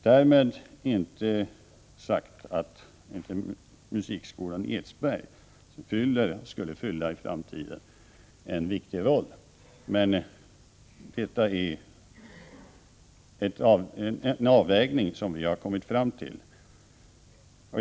Därmed inte sagt att musikskolan i framtiden inte skulle kunna fylla en viktig funktion. Men detta är en avvägning som vi kommit fram till.